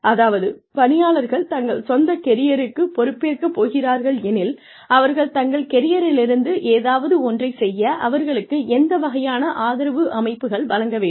அதாவது பணியாளர்கள் தங்கள் சொந்த கெரியருக்கு பொறுப்பேற்கப் போகிறார்கள் எனில் அவர்கள் தங்கள் கெரியரிலிருந்து ஏதாவது ஒன்றைச் செய்ய அவர்களுக்கு எந்த வகையான ஆதரவு அமைப்புகள் வழங்க வேண்டும்